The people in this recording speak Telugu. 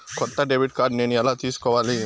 కొత్త డెబిట్ కార్డ్ నేను ఎలా తీసుకోవాలి?